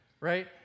right